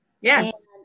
Yes